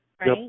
Right